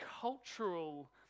cultural